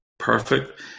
Perfect